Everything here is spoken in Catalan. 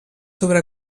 sobre